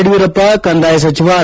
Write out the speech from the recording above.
ಯಡಿಯೂರಪ್ಪ ಕಂದಾಯ ಸಚಿವ ಆರ್